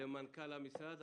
למנכ"ל המשרד.